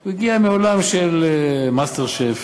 הוא הגיע מעולם של "מאסטר שף",